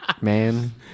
man